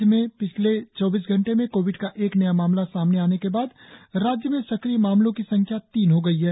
राज्य में पिछले चौबीस घंटे में कोविड का एक नया मामला सामने आने के बाद राज्य में सक्रिय मामलों की संख्या तीन हो गई है